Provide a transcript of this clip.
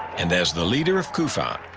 and as the leader of cufi,